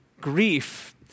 grief